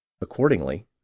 accordingly